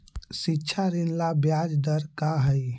शिक्षा ऋण ला ब्याज दर का हई?